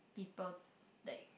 people like